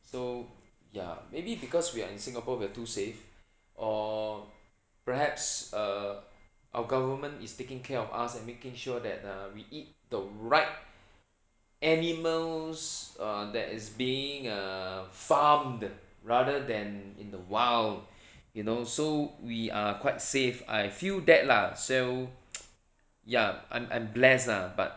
so ya maybe because we are in singapore we are too safe or perhaps err our government is taking care of us and making sure that we eat the right animals err that is being uh farmed rather than in the wild you know so we are quite safe I feel that lah so ya I'm I'm blessed lah but